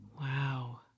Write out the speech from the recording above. Wow